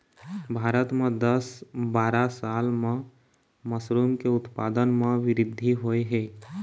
भारत म दस बारा साल म मसरूम के उत्पादन म बृद्धि होय हे